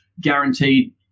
guaranteed